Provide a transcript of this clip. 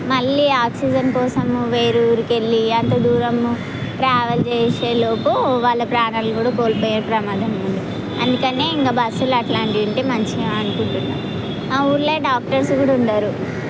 మళ్ళీ ఆక్సిజన్ కోసము వేరే ఊరికి వెళ్ళి అంత దూరము ట్రావెల్ చేసేలోపు వాళ్ళ ప్రాణాలు కూడా కోల్పోయే ప్రమాదం ఉంది అందుకని ఇంకా బస్సులు అలాంటివి ఉంటే మంచిగా అనుకుంటున్న మా ఊళ్ళో డాక్టర్స్ కూడా ఉండరు